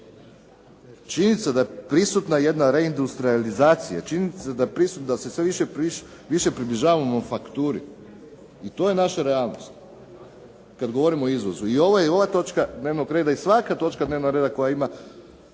Činjenica je da je prisutna jedna reindustrijalizacija, činjenica je da je se sve više približavamo fakturi. I to je naša realnost kada govorimo o izvozu. I ova točka dnevnog reda i svaka točka dnevnog reda koja ima